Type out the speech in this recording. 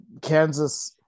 Kansas